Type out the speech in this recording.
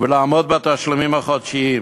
ולעמוד בתשלומים החודשיים.